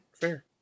Fair